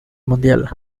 mundial